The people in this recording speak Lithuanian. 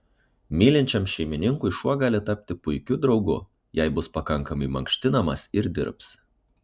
mylinčiam šeimininkui šuo gali tapti puikiu draugu jei bus pakankamai mankštinamas ir dirbs